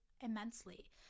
immensely